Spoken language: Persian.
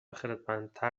خردمندتر